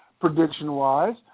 prediction-wise